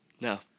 No